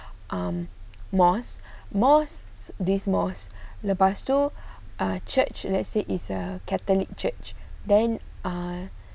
um mosque mosque this mosque lepas tu ah church let's say is a catholic church then ah